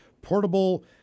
portable